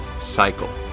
cycle